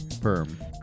Perm